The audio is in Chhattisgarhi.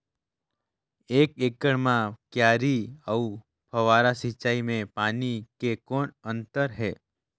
एक एकड़ म क्यारी अउ फव्वारा सिंचाई मे पानी के कौन अंतर हे?